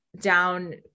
down